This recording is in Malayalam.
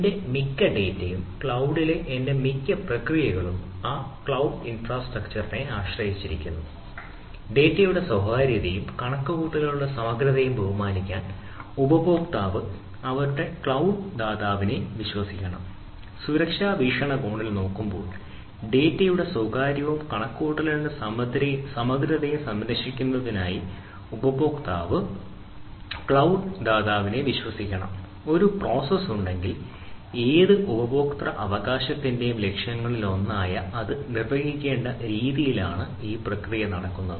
എന്റെ മിക്ക ഡാറ്റയും ക്ലൌഡിലെ എന്റെ മിക്ക പ്രക്രിയകളും ആ ക്ലൌഡ് ഇൻഫ്രാസ്ട്രക്ചറിനെ ഉണ്ടെങ്കിൽ ഏത് ഉപഭോക്തൃ അവകാശത്തിന്റെയും ലക്ഷ്യങ്ങളിലൊന്നായ അത് നിർവ്വഹിക്കേണ്ട രീതിയിലാണ് ഈ പ്രക്രിയ നടക്കുന്നത്